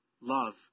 love